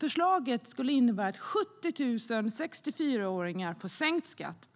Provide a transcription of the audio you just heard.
Förslaget skulle innebära att 70 000 64-åringar får sänkt skatt,